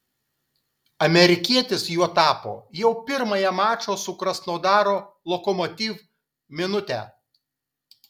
amerikietis juo tapo jau pirmąją mačo su krasnodaro lokomotiv minutę